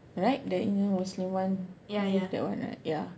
right the indian muslim one and the that one right ya